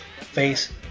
face